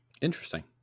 Interesting